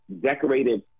decorated